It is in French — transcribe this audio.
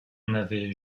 n’avait